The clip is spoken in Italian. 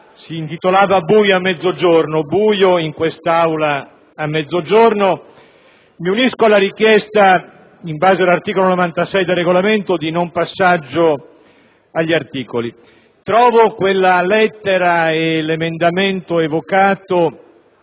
"Buio a mezzogiorno".